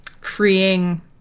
freeing